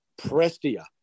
Prestia